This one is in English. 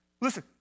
listen